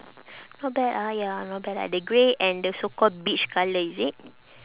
not bad ah ya not bad lah the grey and the so call beige colour is it